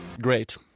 Great